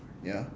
ya